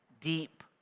deep